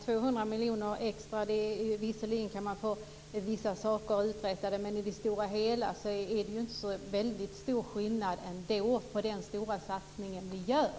200 miljoner extra kan man visserligen få vissa saker uträttade för, men i det stora hela gör det inte så väldigt stor skillnad i den stora satsning som vi ändå gör.